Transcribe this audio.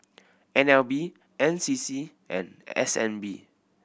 N L B N C C and S N B